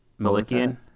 Malikian